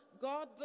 God